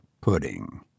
pudding